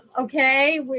okay